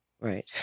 Right